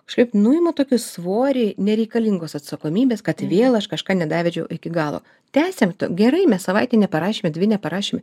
kažkaip nuima tokį svorį nereikalingos atsakomybės kad vėl aš kažką nedavedžiau iki galo tęsiamt gerai mes savaitę neparašėme dvi neparašėme